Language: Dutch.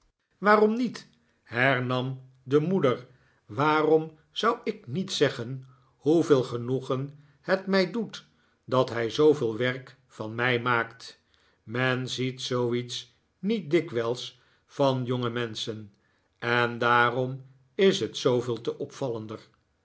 waarom niet hernam de moeder waarom zou ik niet zeggen hoeveel genoegen net mij doet dat hij zooveel werk van mij maakt men ziet zooiets niet dikwijls van jongemenschen en daarom is het zooveel te opvallender